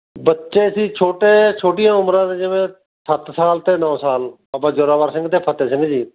ਬੱਚੇ ਸੀ ਛੋਟੇ ਛੋਟੀਆਂ ਉਮਰਾਂ ਜਿਵੇਂ ਸੱਤ ਸਾਲ ਅਤੇ ਨੌ ਸਾਲ ਬਾਬਾ ਜ਼ੋਰਾਵਰ ਸਿੰਘ ਅਤੇ ਫਤਿਹ ਸਿੰਘ ਜੀ